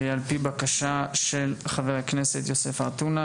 על פי בקשה של חבר הכנסת יוסף עטאונה,